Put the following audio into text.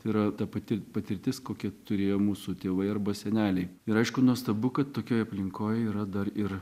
yra ta pati patirtis kokią turėjo mūsų tėvai arba seneliai ir aišku nuostabu kad tokioj aplinkoj yra dar ir